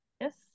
Yes